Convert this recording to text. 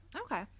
Okay